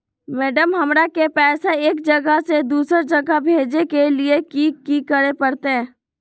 Madam, हमरा के पैसा एक जगह से दुसर जगह भेजे के लिए की की करे परते?